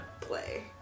Play